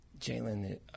Jalen